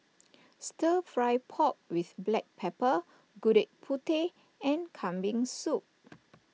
Stir Fry Pork with Black Pepper Gudeg Putih and Kambing Soup